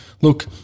Look